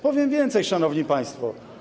Powiem więcej, szanowni państwo.